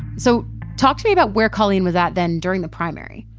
so talk to me about where collyne was ah then during the primary.